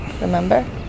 Remember